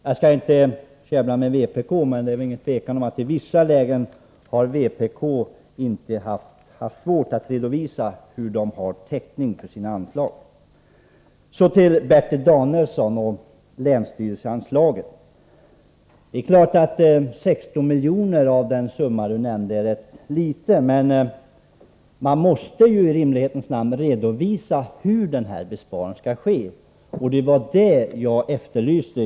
Jag skall inte käbbla med vpk, men det är inget tvivel om att vpk i vissa lägen har haft svårt att redovisa hur de skall finna täckning för vissa anslag som föreslås i skilda sammanhang. Så till Bertil Danielsson och länsstyrelseanslagen. Det är klart att 21 miljoner av den summa som Bertil Danielsson nämnde är ganska litet, men man måste i rimlighetens namn redovisa hur besparingar skall ske. Det var det jag efterlyste.